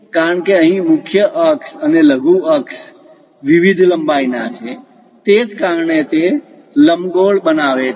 કારણ કે અહીં મુખ્ય અક્ષ મેજર અક્ષ major axis અને લઘુ અક્ષ માઇનોર અક્ષ minor axis વિવિધ લંબાઈના છે તે જ કારણ છે કે તે લંબગોળ બનાવે છે